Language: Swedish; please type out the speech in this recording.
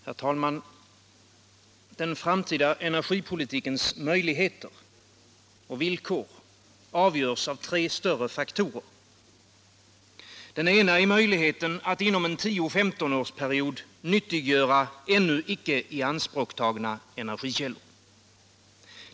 Herr talman! Den framtida energipolitikens' möjligheter och villkor avgörs av tre större faktorer. Den första är möjligheten att inom en 10-15 årsperiod nyttiggöra ännu inte ianspråktagna energikällor.